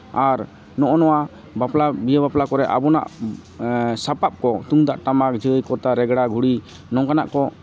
ᱟᱨ ᱱᱚᱜᱼᱚ ᱱᱚᱣᱟ ᱵᱟᱯᱞᱟ ᱵᱤᱦᱟᱹ ᱵᱟᱯᱞᱟ ᱠᱚᱨᱮᱫ ᱟᱵᱚᱱᱟᱜ ᱥᱟᱯᱟᱯ ᱠᱚ ᱛᱩᱢᱫᱟᱜ ᱴᱟᱢᱟᱠ ᱡᱷᱟᱹᱭ ᱠᱚᱨᱛᱟᱞ ᱨᱮᱸᱜᱽᱲᱟ ᱜᱷᱩᱲᱤ ᱱᱚᱝᱠᱟᱱᱟᱜ ᱠᱚ